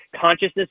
consciousness